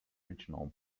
original